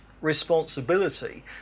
responsibility